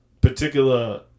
particular